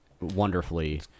wonderfully